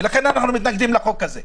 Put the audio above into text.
ולכן אנחנו מתנגדים לחוק הזה.